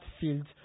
fields